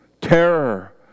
terror